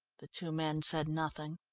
the two men said nothing.